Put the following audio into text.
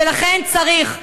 ולכן צריך,